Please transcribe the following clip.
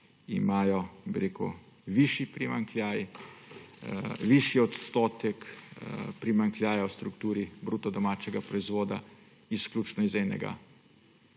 imajo višji primanjkljaj, višji odstotek primanjkljaja v strukturi bruto domačega proizvoda izključno iz enega